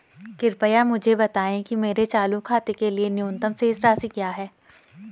कृपया मुझे बताएं कि मेरे चालू खाते के लिए न्यूनतम शेष राशि क्या है?